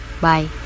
Bye